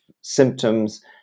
symptoms